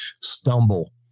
stumble